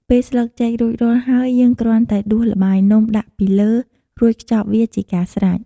ពេលស្លឹកចេករួចរាល់ហើយ យើងគ្រាន់តែដួសល្បាយនំដាក់ពីលើ រួចខ្ចប់វាជាការស្រេច។